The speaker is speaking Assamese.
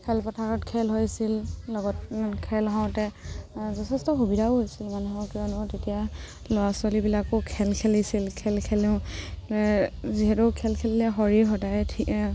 খেলপথাৰত খেল হৈছিল লগত খেল হওঁতে যথেষ্ট সুবিধাও হৈছিল মানুহৰ কিয়নো তেতিয়া ল'ৰা ছোৱালীবিলাকো খেল খেলিছিল খেল খেলোঁ যিহেতু খেল খেলিলে শৰীৰ সদায়